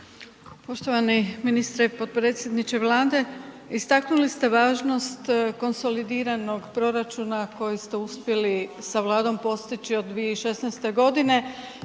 Poštovani ministre i potpredsjedniče Vlade, istaknuli ste važnost konsolidiranog proračuna koji ste uspjeli sa Vladom postići od 2016. g.,